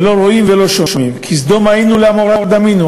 לא רואים ולא שומעים, כסדום היינו, לעמורה דמינו.